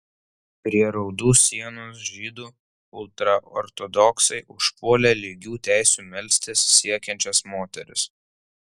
prie raudų sienos žydų ultraortodoksai užpuolė lygių teisių melstis siekiančias moteris